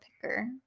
picker